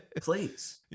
please